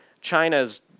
China's